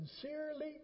sincerely